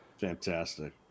Fantastic